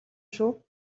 шүү